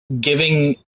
giving